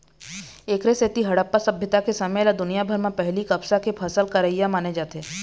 एखरे सेती हड़प्पा सभ्यता के समे ल दुनिया भर म पहिली कपसा के फसल करइया माने जाथे